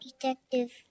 Detective